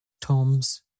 Tom's